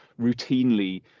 routinely